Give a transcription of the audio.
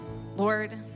Lord